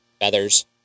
feathers